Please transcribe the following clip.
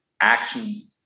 action